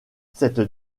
cette